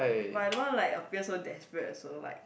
but I don't want like appear so desperate so like